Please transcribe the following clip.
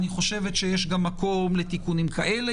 אני חושבת שיש מקום לתיקונים כאלה,